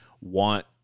want